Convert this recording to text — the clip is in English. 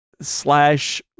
slash